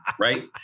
Right